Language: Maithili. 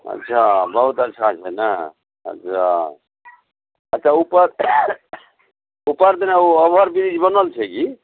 अच्छा बहुत अच्छा छै ने अच्छा अच्छा उपर उपर देने ओ औभर ब्रीज बनल छै की